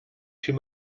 too